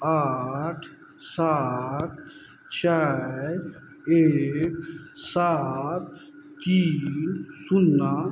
आठ सात चारि एक सात तीन शून्ना